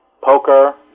Poker